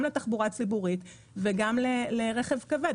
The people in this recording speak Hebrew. גם לתחבורה הציבורית וגם לרכב כבד.